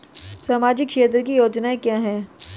सामाजिक क्षेत्र की योजनाएं क्या हैं?